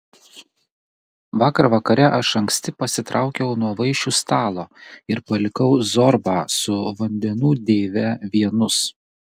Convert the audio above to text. vakar vakare aš anksti pasitraukiau nuo vaišių stalo ir palikau zorbą su vandenų deive vienus